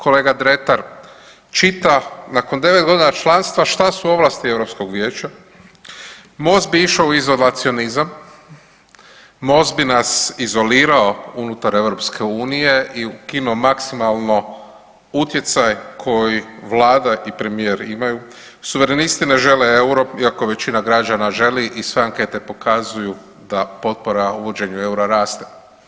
Kolega Dretar čita nakon devet godina članstva šta su ovlasti Europskog vijeća, Most bi išao u izolacionizam, Most bi nas izolirao unutar EU i ukinuo maksimalno utjecaj koji Vlada i premijer imaju, Suverenisti ne žele euro iako većina građana želi i sve ankete pokazuju da potpora uvođenju eura raste.